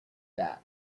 that